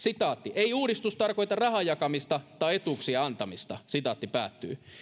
ei uudistus tarkoita rahan jakamista tai etuuksien antamista